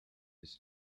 this